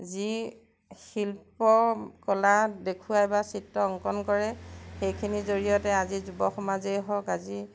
যি শিল্প কলা দেখুৱাই বা চিত্ৰ অংকন কৰে সেইখিনিৰ জৰিয়তে আজি যুৱ সমাজেই হওক আজি